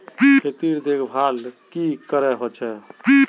खेतीर देखभल की करे होचे?